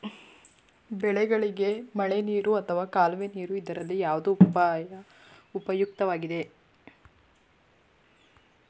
ಬೆಳೆಗಳಿಗೆ ಮಳೆನೀರು ಅಥವಾ ಕಾಲುವೆ ನೀರು ಇದರಲ್ಲಿ ಯಾವುದು ಉಪಯುಕ್ತವಾಗುತ್ತದೆ?